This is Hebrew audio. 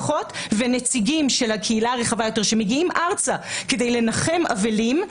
ונציגים של הקהילה הרחבה יותר שמגיעים ארצה כדי לנחם אבלים,